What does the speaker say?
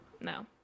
No